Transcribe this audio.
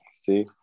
See